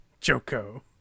Joko